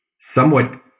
somewhat